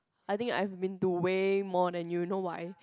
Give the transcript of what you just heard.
I think I have been to way where than you know why